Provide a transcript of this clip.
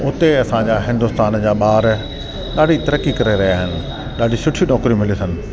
हुते असांजा हिंदुस्तान जा ॿार ॾाढी तरक़ी करे रहिया आहिनि ॾाढियूं सुठियूं नौकरियूं मिलियूं अथनि